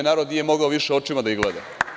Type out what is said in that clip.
Narod nije mogao više očima da ih gleda.